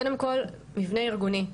קודם כל מבנה ארגוני.